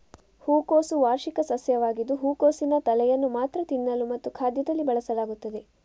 ಹೂಕೋಸು ವಾರ್ಷಿಕ ಸಸ್ಯವಾಗಿದ್ದು ಹೂಕೋಸಿನ ತಲೆಯನ್ನು ಮಾತ್ರ ತಿನ್ನಲು ಮತ್ತು ಖಾದ್ಯದಲ್ಲಿ ಬಳಸಲಾಗುತ್ತದೆ